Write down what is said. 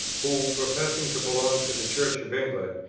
who, professing to belong to the church of england,